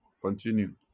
Continue